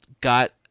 got